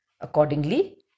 Accordingly